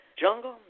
jungle